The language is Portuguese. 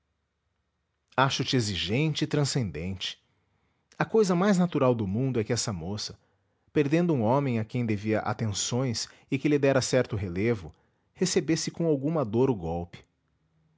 reparo acho te exigente e transcendente a cousa mais natural do mundo é que essa moça perdendo um homem a quem devia atenções e que lhe dera certo relevo recebesse com alguma dor o golpe